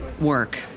work